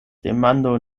demando